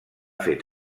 fet